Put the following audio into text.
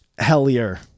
Hellier